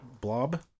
blob